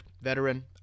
veteran